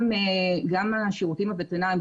גם השירותים הווטרינריים,